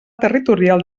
territorial